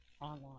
online